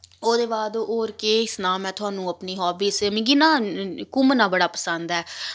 ओह्दे बाद होर केह् ही सनां मैं तुआनू अपनी हाबीज मिकी ना घुम्मना बड़ा पसंद ऐ